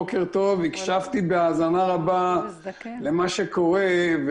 בוקר טוב, הקשבתי בהאזנה רבה למה שקורה.